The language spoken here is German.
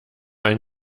ein